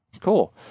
cool